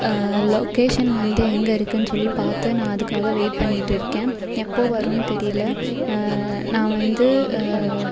location வந்து எங்கே இருக்குன்னு சொல்லி பார்த்து நான் அதுக்காக வெயிட் பண்ணிகிட்டு இருக்கேன் எப்போது வரும்னு தெரியல நான் வந்து